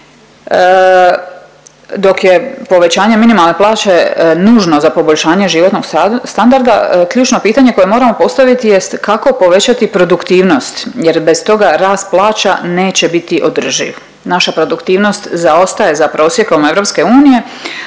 Dok je povećanje minimalne plaće nužno za poboljšanje životnog standarda ključno pitanje koje moramo postaviti jest kako povećati produktivnost jer bez toga rast plaća neće biti održiv. Naša produktivnost zaostaje za prosjekom EU,